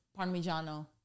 parmigiano